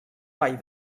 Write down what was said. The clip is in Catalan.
ball